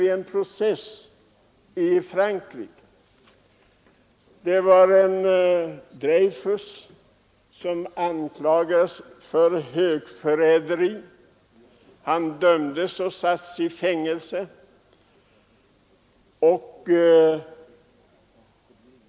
I en process i Frankrike anklagades Dreyfus för högförräderi, dömdes och sattes i fängelse.